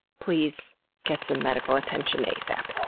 please get some medical attention asap.